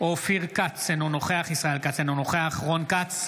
אופיר כץ, אינו נוכח ישראל כץ, אינו נוכח רון כץ,